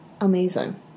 amazing